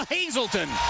Hazelton